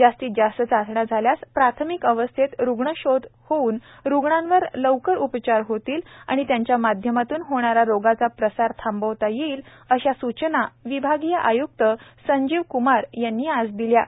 जास्तीत जास्त चाचण्या झाल्यास प्राथमिक अवस्थेत रुग्ण शोध होऊन रुग्णांवर लवकर उपचार होतील आणि त्यांच्या माध्यमातून होणारा रोगाचा प्रसार थांबवता येईल अशा सुचना विभागीय आयक्त संजीव कुमार यांनी आज दिल्यात